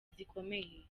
zikomeye